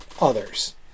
others